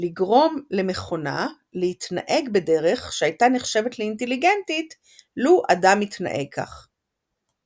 "לגרום למכונה להתנהג בדרך שהייתה נחשבת לאינטליגנטית לו אדם התנהג כך".